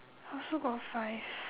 I also got five